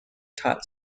taught